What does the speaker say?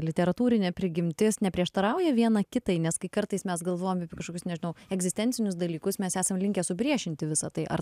literatūrinę prigimtis neprieštarauja viena kitai nes kai kartais mes galvojam apie kažkokius nežinau egzistencinius dalykus mes esam linkę supriešinti visa tai ar